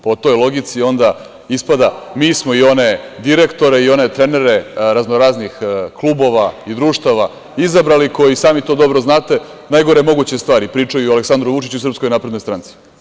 Po toj logici onda ispada mi smo i one direktore i one trenere raznoraznih klubova i društava izabrali koji, i sami to dobro znate, najgore moguće stari pričaju i o Aleksandru Vučiću i SNS.